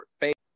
favorite